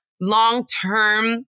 long-term